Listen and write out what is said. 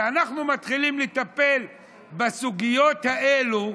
כשאנחנו מתחילים לטפל בסוגיות האלה,